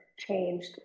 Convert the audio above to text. changed